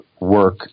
work